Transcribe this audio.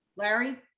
larry.